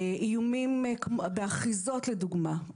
איומים באחיזות לדוגמה.